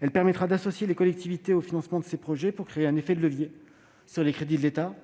Elle permettra d'associer les collectivités au financement des projets pour créer un effet de levier sur les crédits de l'État.